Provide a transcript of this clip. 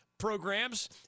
programs